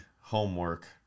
homework